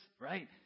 right